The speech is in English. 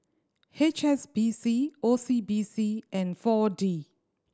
H S B C O C B C and Four D